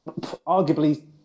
arguably